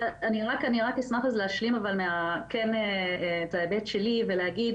אני רק רוצה להשלים את ההיבט שלי ולהגיד